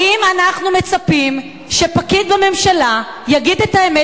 האם אנחנו מצפים שפקיד בממשלה יגיד את האמת